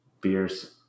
Beers